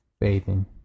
bathing